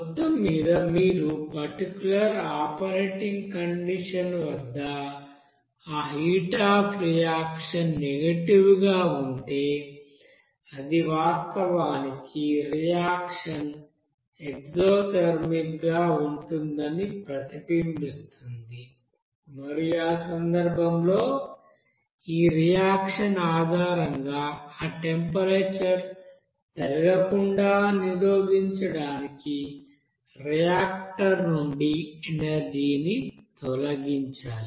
మొత్తం మీద మీరు పర్టిక్యూలర్ ఆపరేటింగ్ కండిషన్ వద్ద ఆ హీట్ అఫ్ రియాక్షన్ నెగెటివ్ గా ఉంటే అది వాస్తవానికి రియాక్షన్ ఎక్సఒథెర్మిక్ గా ఉంటుందని ప్రతిబింబిస్తుంది మరియు ఆ సందర్భంలో ఈ రియాక్షన్ ఆధారంగా ఆ టెంపరేచర్ పెరగకుండా నిరోధించడానికి రియాక్టర్ నుండి ఎనర్జీ ని తొలగించాలి